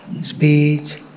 speech